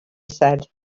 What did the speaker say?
said